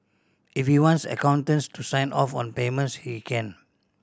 if you wants accountants to sign off on payments he can